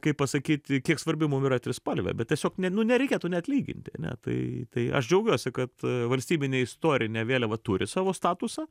kaip pasakyti kiek svarbi mum yra trispalvė bet tiesiog ne nu nereikėtų net lyginti ane tai tai aš džiaugiuosi kad valstybinė istorinė vėliava turi savo statusą